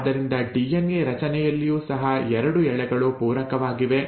ಆದ್ದರಿಂದ ಡಿಎನ್ಎ ರಚನೆಯಲ್ಲಿಯೂ ಸಹ 2 ಎಳೆಗಳು ಪೂರಕವಾಗಿವೆ